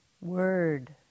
word